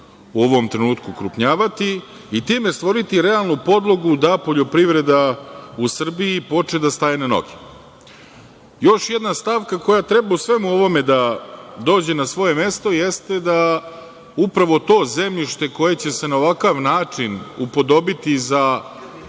u ovom trenutku ukrupnjavati, i time stvoriti realnu podlogu da poljoprivreda u Srbiji počne da staje na noge. Još jedna stavka koja treba u svemu ovome da dođe na svoje mesto, jeste da upravo to zemljište koje će se na ovakav način upodobiti za